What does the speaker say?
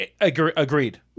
agreed